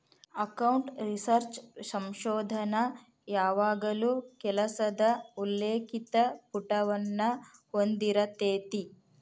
account research ಸಂಶೋಧನ ಯಾವಾಗಲೂ ಕೆಲಸದ ಉಲ್ಲೇಖಿತ ಪುಟವನ್ನ ಹೊಂದಿರತೆತಿ